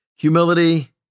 Humility